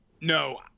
no